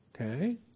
Okay